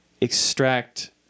Extract